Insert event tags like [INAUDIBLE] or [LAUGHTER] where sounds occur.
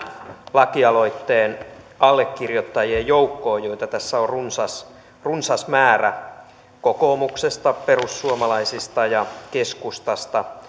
lakialoitteen allekirjoittajien joukkoon joita tässä on runsas runsas määrä kokoomuksesta perussuomalaisista ja keskustasta [UNINTELLIGIBLE]